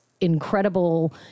incredible